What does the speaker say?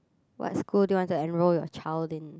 what school do you want to enrol your child in